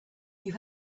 you